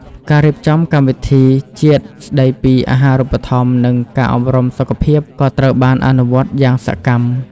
ការរៀបចំកម្មវិធីជាតិស្តីពីអាហារូបត្ថម្ភនិងការអប់រំសុខភាពក៏ត្រូវបានអនុវត្តយ៉ាងសកម្ម។